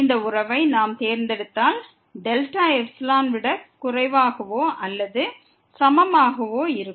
இந்த உறவை நாம் தேர்ந்தெடுத்தால் δ ε விட குறைவாகவோ அல்லது சமமாகவோ இருக்கும்